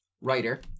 Writer